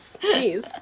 please